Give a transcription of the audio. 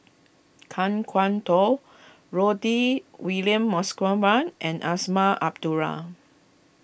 Kan Kwok Toh Rudy William Mosbergen and Azman Abdullah